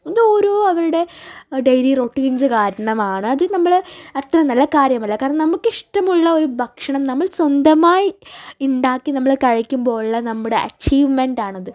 അത് ഓരോ അവരുടെ ഡെയിലി റൊട്ടീൻസ് കാരണമാണ് അത് നമ്മള് അത്ര നല്ല കാര്യമല്ല കാരണം നമുക്കിഷ്ടമുള്ള ഒരു ഭക്ഷണം നമ്മള് സ്വന്തമായി ഉണ്ടാക്കി നമ്മൾ കഴിക്കുമ്പോഴുള്ള നമ്മുടെ അച്ചീവ്മെൻ്റാണത്